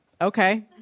okay